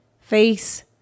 face